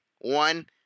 One